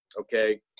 okay